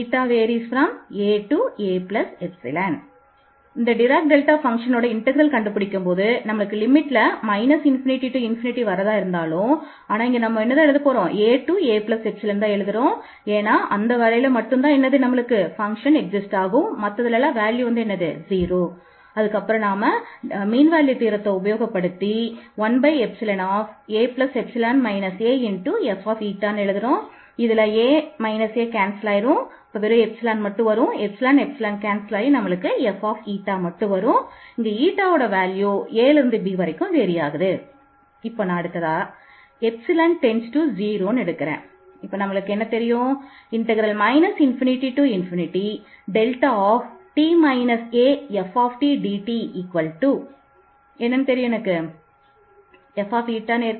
∞t aft dt1aaϵft dt integral தேற்றத்தை உபயோகப்படுத்தினால் நமக்கு கிடைப்பது ∞t aft dt1aϵ aff where aηaϵ